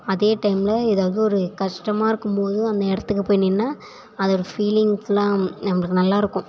அதே டைமில் ஏதாவது ஒரு கஷ்டமாக இருக்கும்போதும் அந்த இடத்துக்குப் போய் நின்னா அதோட ஃபீலிங்க்ஸ்லாம் நம்மளுக்கு நல்லாயிருக்கும்